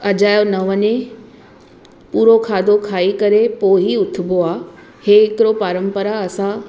अजायो न वञे पूरो खाधो खाई करे पोइ ई उथिबो आहे हीउ हिकिड़ो परंपरा असां